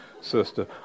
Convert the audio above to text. sister